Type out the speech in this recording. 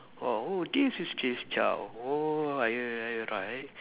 oh oh this is Jay Chou oh I I right